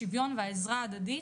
השוויון והעזרה ההדדית,